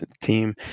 team